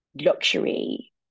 luxury